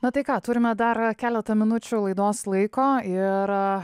na tai ką turime dar keletą minučių laidos laiko ir